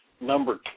number